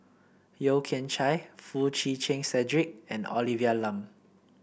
Yeo Kian Chye Foo Chee Keng Cedric and Olivia Lum